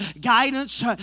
guidance